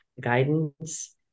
guidance